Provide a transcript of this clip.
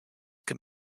can